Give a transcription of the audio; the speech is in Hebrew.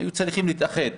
היו צריכים להתאחד,